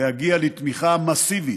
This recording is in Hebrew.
להגיע לתמיכה מסיבית,